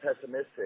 pessimistic